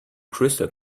crystal